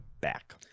back